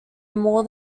more